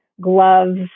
gloves